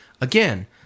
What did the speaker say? again